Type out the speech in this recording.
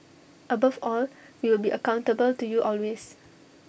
above all we will be accountable to you always